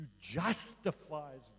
justifies